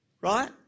right